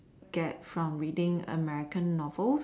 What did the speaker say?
get from reading American novels